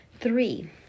Three